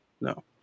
no